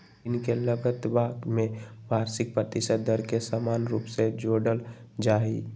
ऋण के लगतवा में वार्षिक प्रतिशत दर के समान रूप से जोडल जाहई